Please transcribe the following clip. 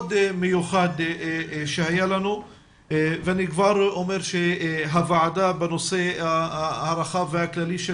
המאוד מיוחד שהיה לנו ואני כבר אומר שהוועדה בנושא הרחב והכללי של